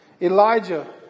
Elijah